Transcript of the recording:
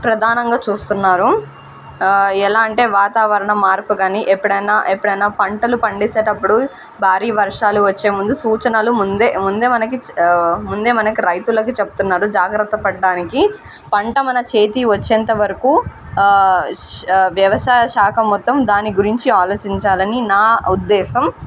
ప్రధానంగా చూస్తున్నారు ఎలా అంటే వాతావరణం మార్పుగానీ ఎప్పుడైనా ఎప్పుడైనా పంటలు పండించేటప్పుడు భారీ వర్షాలు వచ్చే ముందు సూచనలు ముందే ముందే మనకి ముందే మనకి రైతులకి చెప్తున్నారు జాగ్రత్త పడడానికి పంట మన చేతి వచ్చేంతవరకూ శా వ్యవసాయశాఖ మొత్తం దాని గురించి ఆలోచించాలని నా ఉద్దేశం